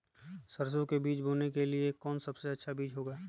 सरसो के बीज बोने के लिए कौन सबसे अच्छा बीज होगा?